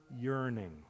yearning